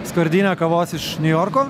skardinę kavos iš niujorko